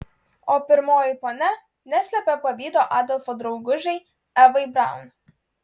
o pirmoji ponia neslėpė pavydo adolfo draugužei evai braun